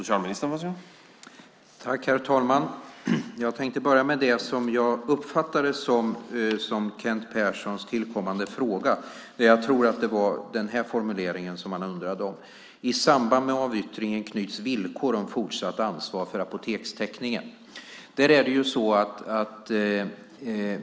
Herr talman! Jag tänkte börja med det som jag uppfattade som Kent Perssons tillkommande fråga. Jag tror att det var den här formuleringen som han undrade om: I samband med avyttringen knyts villkor om fortsatt ansvar för apotekstäckningen.